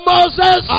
Moses